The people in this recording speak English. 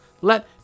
Let